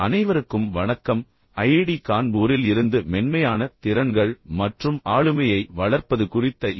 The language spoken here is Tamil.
அனைவருக்கும் வணக்கம் ஐஐடி கான்பூரில் இருந்து மென்மையான திறன்கள் மற்றும் ஆளுமையை வளர்ப்பது குறித்த என்